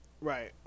Right